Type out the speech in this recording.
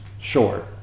short